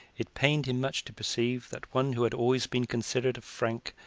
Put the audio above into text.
it pained him much to perceive that one who had always been considered a frank,